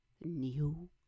new